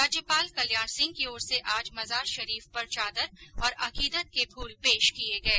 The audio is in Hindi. राज्यपाल कल्याण सिंह की ओर से आज मजार शरीफ पर चादर और अकीदत के फूल पेश किए गए